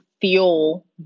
fuel